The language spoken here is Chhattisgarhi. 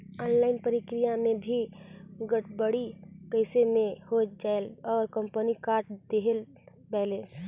ऑनलाइन प्रक्रिया मे भी गड़बड़ी कइसे मे हो जायेल और कंपनी काट देहेल बैलेंस?